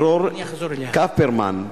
דרור קפרמן,